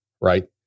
right